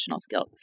skills